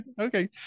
okay